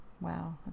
wow